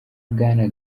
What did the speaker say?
bwana